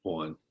one